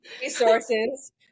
resources